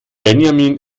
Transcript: benjamin